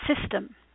system